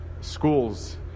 schools